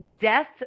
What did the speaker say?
death